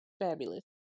fabulous